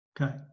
Okay